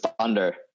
thunder